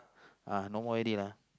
uh no more already lah